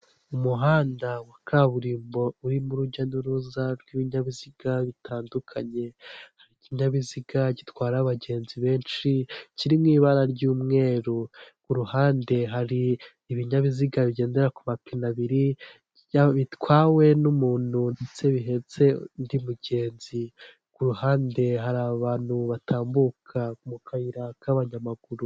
Isoko ry'imboga ririmo abantu bagiye batandukanye hari umucuruzi ari gutonora ibishyimbo hari ibitunguru, harimo amashaza, inyanya ndetse harimo n'abandi benshi.